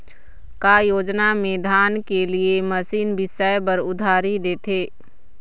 का योजना मे धान के लिए मशीन बिसाए बर उधारी देथे?